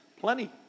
Plenty